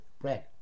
bread